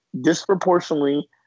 disproportionately